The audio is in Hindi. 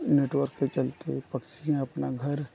नेटवर्क के चलते पक्षी अपना घर